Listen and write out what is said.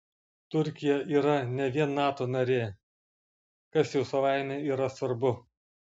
turkija yra ne vien nato narė kas jau savaime yra svarbu